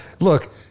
look